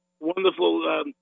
Wonderful